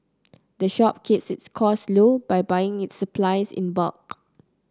the shop keeps its costs low by buying its supplies in bulk